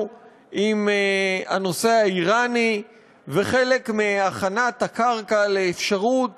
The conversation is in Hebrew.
עם הנושא האיראני וחלק מהכנת הקרקע לאפשרות